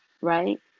right